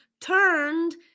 turned